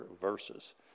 verses